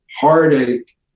heartache